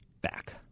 back